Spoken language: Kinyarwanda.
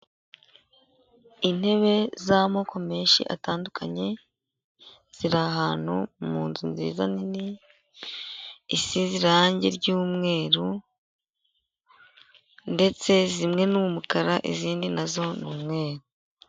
Intebe z'amoko menshi atandukanye ziri ahantu mu nzu nziza nini isize irangi ry'umweru ndetse zimwe n'umukara izindi nazo ni umwe.